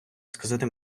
сказати